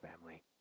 family